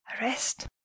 Arrest